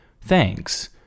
Thanks